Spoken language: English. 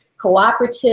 cooperative